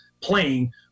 playing